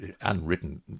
unwritten